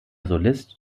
solist